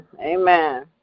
Amen